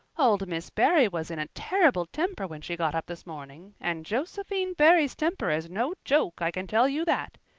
old miss barry was in a terrible temper when she got up this morning and josephine barry's temper is no joke, i can tell you that.